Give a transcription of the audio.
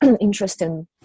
interesting